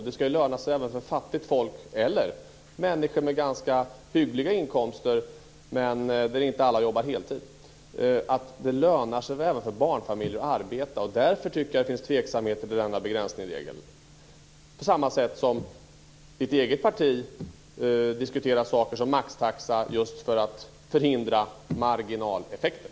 Det ska ju löna sig att arbeta även för fattigt folk eller för människor med ganska hyggliga inkomster men av vilka alla inte jobbar heltid och även för barnfamiljer. Därför tycker jag att det finns tveksamheter med denna begränsningsregel. Per Rosengrens eget parti diskuterar ju saker som maxtaxa just för att förhindra marginaleffekter.